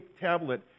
tablet